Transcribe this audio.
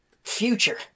Future